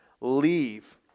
leave